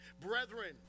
Brethren